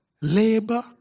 labor